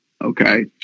Okay